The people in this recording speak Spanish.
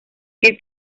que